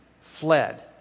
fled